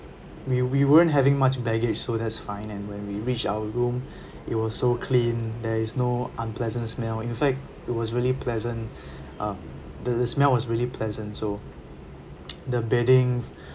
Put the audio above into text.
we we weren't having much baggage so that's fine and when we reach our room it was so clean there is no unpleasant smell in fact it was really pleasant um the the smell was really pleasant so the bedding